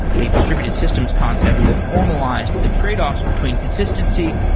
a distributed systems concept that formalized the tradeoffs between consistency,